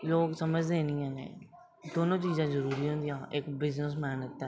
लोग समझदे निं हैन एह् दोनों चीजां जुड़ी दियां होंदियां इक बिजनेस मैन आस्तै